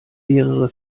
mehrere